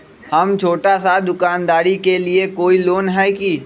हम छोटा सा दुकानदारी के लिए कोई लोन है कि?